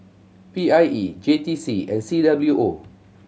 P I E J T C and C W O